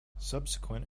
subsequent